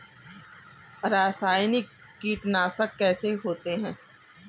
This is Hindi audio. रासायनिक कीटनाशक कैसे होते हैं?